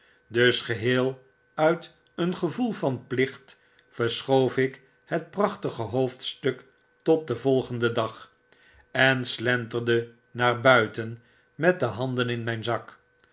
dus geheel uit een gevoel van plichtverschoof ik het prachtige hoofdstuk tot den volgenden dag en slenterde naar buiten met de handen in mijn zak